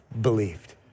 Believed